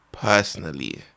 Personally